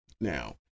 Now